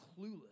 clueless